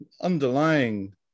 underlying